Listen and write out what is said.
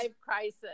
crisis